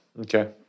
Okay